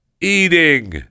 eating